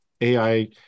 AI